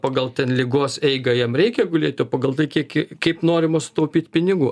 pagal ten ligos eigą jam reikia gulėti o pagal tai kiek kaip norima sutaupyt pinigų